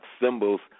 symbols